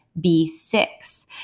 B6